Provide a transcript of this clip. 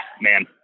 man